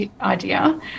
idea